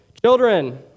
children